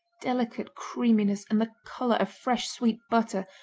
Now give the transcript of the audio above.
delicate creaminess, and the color of fresh, sweet butter,